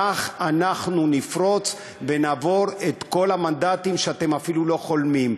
כך אנחנו נפרוץ ונעבור את כל המנדטים שאתם אפילו לא חולמים עליהם.